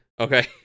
Okay